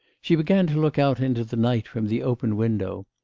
she began to look out into the night from the open window.